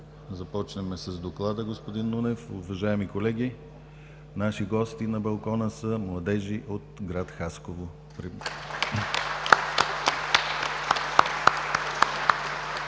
започнем с доклада, господин Нунев, уважаеми колеги, наши гости на Балкона са младежи от град Хасково.